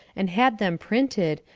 and had them printed,